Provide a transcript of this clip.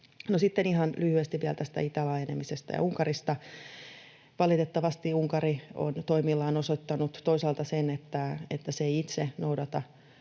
sitten ihan lyhyesti vielä tästä itälaajenemisesta ja Unkarista. Valitettavasti Unkari on toimillaan osoittanut toisaalta sen, että se ei itse noudata